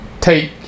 take